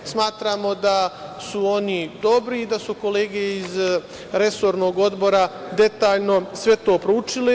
Smatramo da su oni dobri i da su kolege iz resornog odbora detaljno sve to proučili.